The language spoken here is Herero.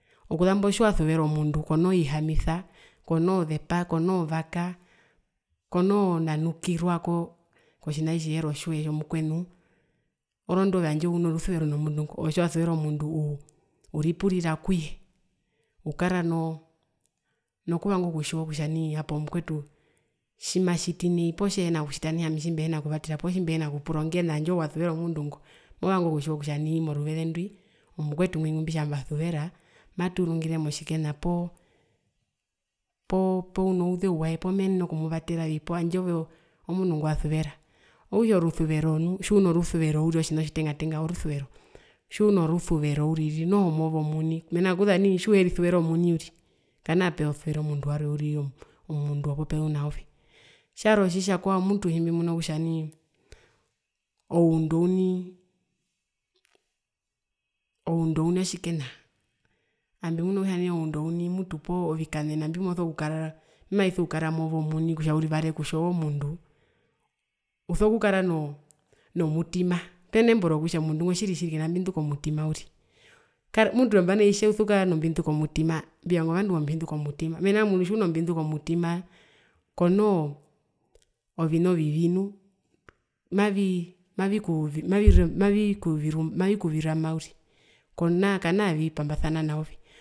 Okuzambotjiwasuvera omundu konoo ihamisa konoo zepa konoo vaka, konoo nanukirwako kotjina tjitjiheri otjoe tjomukwenu, orondu tjandje ove uno rusuvero nomundu ngo, ove tjiwasuvera omundu uu uri purira kuye ukara noo kuvanga okutjiwa kutja nai hapo mukwetu tjimatjiti nai poo tjehina kutjita nai ami tjimbihina kuripurirako ami tjimbihina kuvatera poo tjimbihina kupura ongena tjandje ove wasuvera omundu ngo movanga okutjiwa kutja nai moruveze ndwi omukwetu ngumbitja mbauvera matuurungire motjikena poo poo poo unouzeu wae poo meenene okumuvateravi handje ove omundu ngwasuvera, okutja orusuvero nuu poo tjiuno rusuvero uriri otjina otjitenga tenga orusuvero move omuni mena rokutja kuza nai tjiuherisuvera omuni uriri kanaa apeya osuvere omundu warwe uriri uri omundu wopopezu naove, tjarwe otjitjakwao mutu tjimbimuna kutja nai oundu ouni oundu ouni otjikena ami mbimuna kutja oundu ouni poo vikanena mbimoso kukarara mbimaviso kukara move omuni kutja uri vare kutja oove omundu, uso kukara noo nomutima penombo rokutja tjiri tjiri omundu ngo mutu kena mbindu komutima uriri mutu nambano hitje uso kukara nombindu komutima, mbivanga ovandu mbenombindu komutima mena rokutja tjiuno mbindu komutima konoo vina ovivi nu mavi mavikuu mavi mavi kurama uriri kamaavimbimbasana naove.